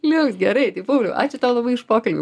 liuks gerai tai pauliau ačiū tau labai už pokalbį